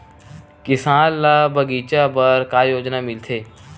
किसान ल बगीचा बर का योजना मिलथे?